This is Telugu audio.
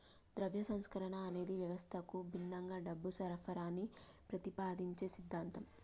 ద్రవ్య సంస్కరణ అనేది వ్యవస్థకు భిన్నంగా డబ్బు సరఫరాని ప్రతిపాదించే సిద్ధాంతం